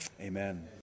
Amen